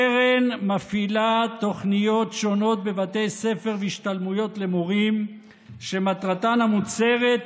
הקרן מפעילה תוכניות שונות בבתי ספר והשתלמויות למורים שמטרתן המוצהרת